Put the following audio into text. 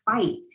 fight